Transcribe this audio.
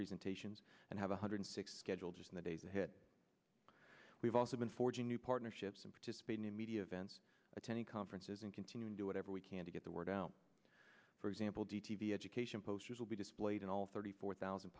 presentations and have one hundred six kegel just in the days ahead we've also been forging new partnerships and participating in media events attending conferences and continue to do whatever we can to get the word out for example d t b education posters will be displayed in all thirty four thousand